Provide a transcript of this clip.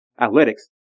Athletics